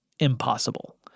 impossible